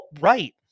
right